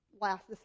last